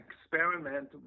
experiment